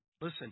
Listen